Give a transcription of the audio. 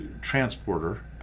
transporter